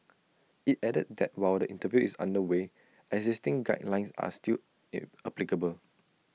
IT added that while the review is under way existing guidelines are still applicable